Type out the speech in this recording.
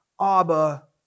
Abba